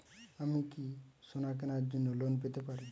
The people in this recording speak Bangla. আমি কি সোনা কেনার জন্য লোন পেতে পারি?